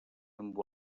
amb